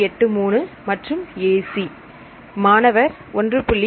83 மற்றும் AC மாணவர் 1